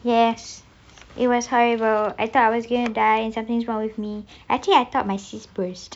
yes it was horrible I thought I was going to die and something's wrong with me actually I thought my burst